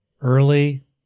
early